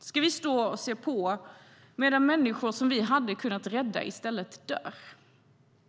Ska vi stå och se på medan människor som vi hade kunnat rädda dör?